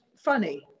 funny